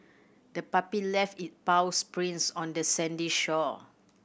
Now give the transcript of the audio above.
the puppy left it paws prints on the sandy shore